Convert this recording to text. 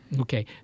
Okay